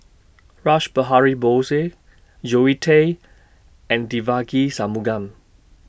Rash Behari Bose Zoe Tay and Devagi Sanmugam